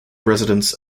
residents